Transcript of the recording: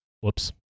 Whoops